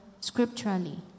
scripturally